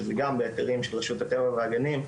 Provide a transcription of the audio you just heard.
שזה גם בהיתרים של רשות הטבע והגנים,